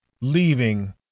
leaving